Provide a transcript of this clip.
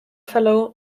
fellow